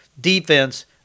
defense